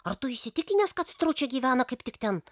ar tu įsitikinęs kad stručiai gyvena kaip tik ten